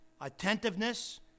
attentiveness